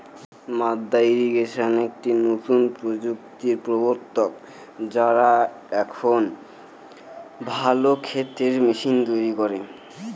মাদ্দা ইরিগেশন একটি নতুন প্রযুক্তির প্রবর্তক, যারা এখন ভালো ক্ষেতের মেশিন তৈরী করে